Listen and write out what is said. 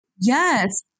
Yes